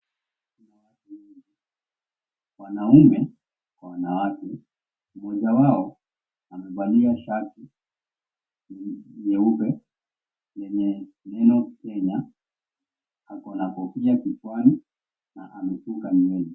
Wanaume kwa wanawake mmoja wao amevalia shati nyeupe yenye neno, Kenya ako na kofia kichwani na amesuka nywele.